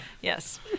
Yes